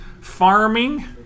Farming